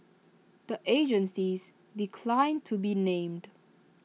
the agencies declined to be named